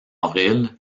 avril